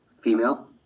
female